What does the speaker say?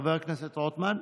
חבר הכנסת רוטמן,